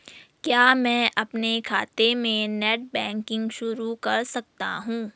क्या मैं अपने खाते में नेट बैंकिंग शुरू कर सकता हूँ?